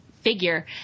figure